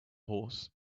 horse